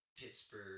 Pittsburgh